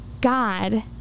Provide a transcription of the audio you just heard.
God